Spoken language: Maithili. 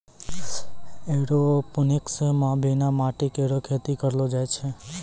एयरोपोनिक्स म बिना माटी केरो खेती करलो जाय छै